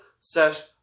sesh